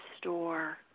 store